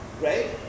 Right